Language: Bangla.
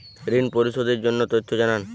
ঋন পরিশোধ এর তথ্য জানান